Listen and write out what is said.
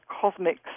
cosmic